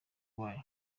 wayo